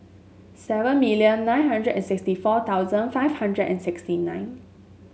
seven million nine hundred and sixty four thousand five hundred and sixty nine